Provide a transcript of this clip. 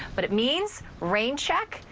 but it means rain check,